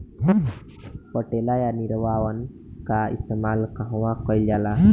पटेला या निरावन का इस्तेमाल कहवा कइल जाला?